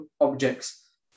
objects